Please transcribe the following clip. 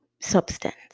substance